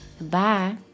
bye